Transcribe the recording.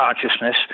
consciousness